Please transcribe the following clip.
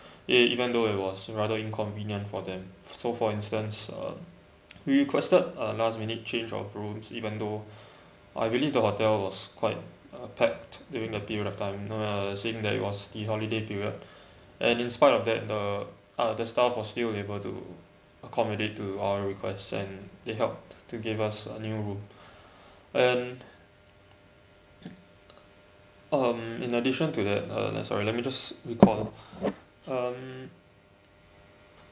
e~ even though it was rather inconvenient for them so for instance uh we requested uh last minute change of rooms even though I believe the hotel was quite uh packed during the period of time uh saying that it was the holiday period and in spite of that the uh the staff uh still able to accommodate to our request and they helped to give us a new room and um in addition to that uh let's sorry uh let me just recall them um